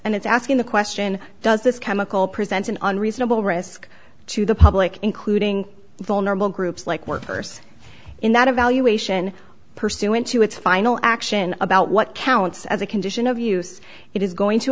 and it's asking the question does this chemical present an unreasonable risk to the public including vulnerable groups like workers in that evaluation pursuant to its final action about what counts as a condition of use it is going to